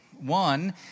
One